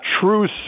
true